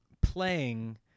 playing